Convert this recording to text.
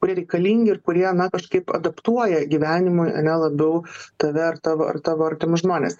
kurie reikalingi ir kurie na kažkaip adaptuoja gyvenimui ane labiau tave ar tavo ar tavo artimus žmones